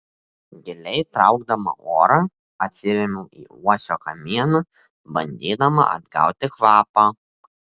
giliai traukdama orą atsirėmiau į uosio kamieną bandydama atgauti kvapą